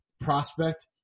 prospect